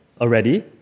already